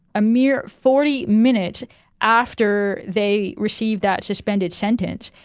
a mere forty minutes after they received that suspended sentence,